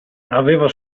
aveva